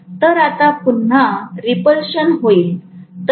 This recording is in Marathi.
तर आता पुन्हा रिपल्शन होईल